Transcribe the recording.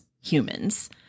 humans